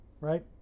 right